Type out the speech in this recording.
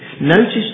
Notice